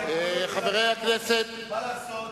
לבני, מה לעשות?